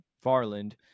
Farland